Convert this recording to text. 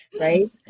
right